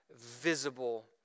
visible